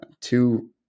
two